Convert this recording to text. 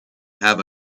have